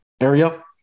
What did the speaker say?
area